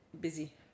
busy